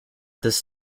this